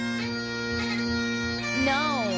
No